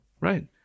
right